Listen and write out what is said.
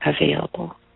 available